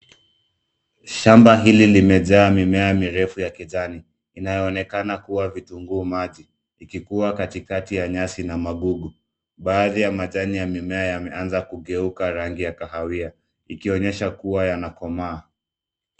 Shamba hili limejaa mimea mirefu ya kijani, inayoonekana kuwa vitunguu maji ikikua katikati ya nyasi na magugu. Baadhi ya majani ya mimea yameanza kugeuka rangi ya kahawia, ikionyesha kuwa yanakomaa.